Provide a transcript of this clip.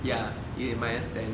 ya you need minus ten